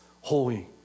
holy